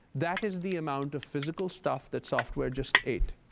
that is the amount of physical stuff that software just ate.